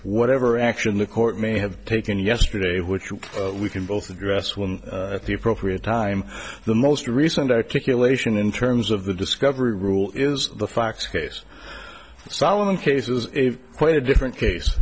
whatever action the court may have taken yesterday which we can both address when the appropriate time the most recent articulation in terms of the discovery rule is the facts case solomon cases quite a different case